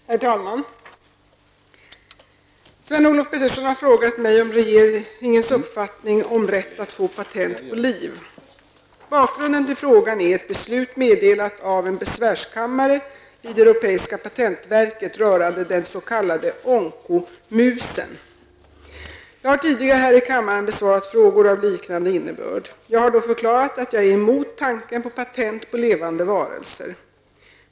Herr talman! Sven-Olof Petersson har frågat mig om regeringens uppfattning om rätt att få patent på liv. Bakgrunden till frågan är ett beslut meddelat av en besvärskammare i det europeiska patentverket rörande den s.k. onko-musen. Jag har tidigare här i kammaren besvarat frågor av liknande innebörd. Jag har då förklarat att jag är emot tanken på patent på levande varelser.